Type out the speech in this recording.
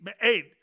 hey